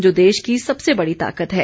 जो देश की सबसे बड़ी ताकत है